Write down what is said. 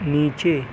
نیچے